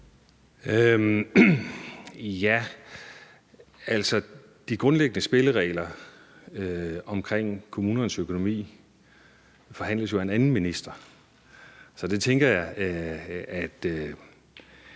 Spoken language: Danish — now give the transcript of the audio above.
de grundlæggende spilleregler omkring kommunernes økonomi forhandles jo af en anden minister. Så der tænker jeg, at